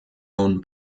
own